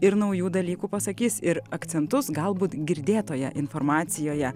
ir naujų dalykų pasakys ir akcentus galbūt girdėtoje informacijoje